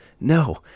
no